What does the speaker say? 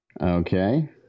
Okay